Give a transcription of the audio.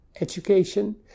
education